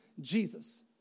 Jesus